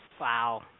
Wow